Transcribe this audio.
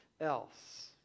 else